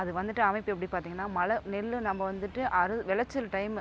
அது வந்துட்டு அமைப்பு எப்படி பார்த்திங்கனா மழை நெல் நம்ம வந்துட்டு அறு விளைச்சல் டைம்